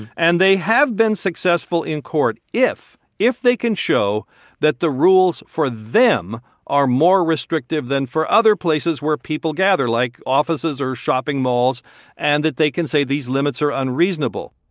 and they have been successful in court if if they can show that the rules for them are more restrictive than for other places where people gather like offices or shopping malls and that they can say, these limits are unreasonable.